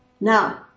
Now